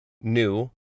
new